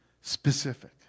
specific